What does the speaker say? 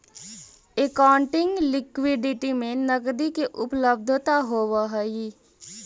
accounting liquidity में नकदी के उपलब्धता होवऽ हई